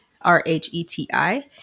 R-H-E-T-I